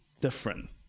different